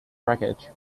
wreckage